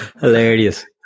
Hilarious